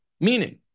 meaning